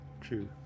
True